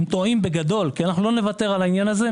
הם טועים בגדול כי אנחנו לא נוותר על העניין הזה.